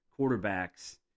quarterbacks